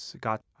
got